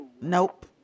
Nope